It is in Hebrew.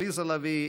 עליזה לביא,